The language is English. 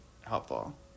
helpful